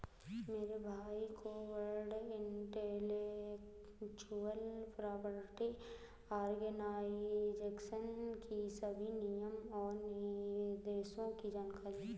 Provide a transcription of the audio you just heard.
मेरे भाई को वर्ल्ड इंटेलेक्चुअल प्रॉपर्टी आर्गेनाईजेशन की सभी नियम और निर्देशों की जानकारी है